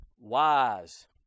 wise